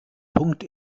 punkt